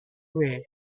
way